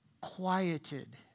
quieted